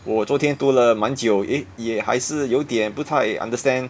我昨天读了蛮久 eh 也还是有一点不太 understand